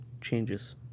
changes